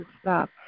stop